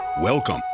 Welcome